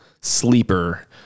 sleeper